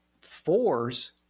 Fours